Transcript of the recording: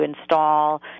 install